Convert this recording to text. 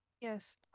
Yes